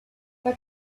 but